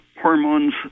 hormones